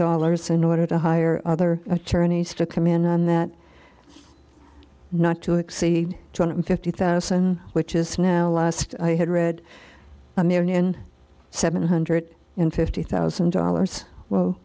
dollars in order to hire other attorneys to come in on that not to exceed two hundred fifty thousand which is now last i had read on their new and seven hundred and fifty thousand dollars w